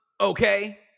okay